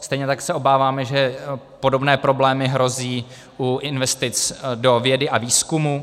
Stejně tak se obáváme, že podobně problémy hrozí u investic do vědy a výzkumu.